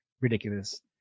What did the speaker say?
ridiculous